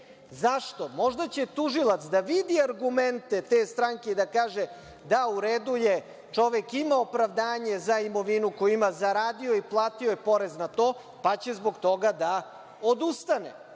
Zašto? Možda će tužilac da vidi argumente te stranke i da kaže – da, u redu je, čovek ima opravdanje za imovinu koju ima, zaradio je i platio je porez na to, pa će zbog toga da odustane.